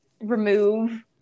remove